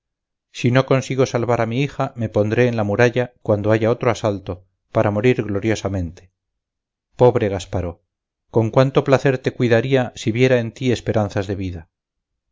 si no consigo salvar a mi hija me pondré en la muralla cuando haya otro asalto para morir gloriosamente pobre gasparó con cuánto placer te cuidaría si viera en ti esperanzas de vida